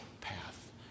path